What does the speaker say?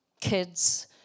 kids